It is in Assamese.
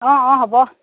অঁ অঁ হ'ব